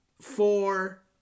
Four